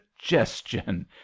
Suggestion